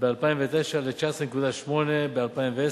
ב-2009 ל-19.8% ב-2010.